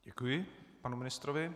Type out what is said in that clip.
Děkuji panu ministrovi.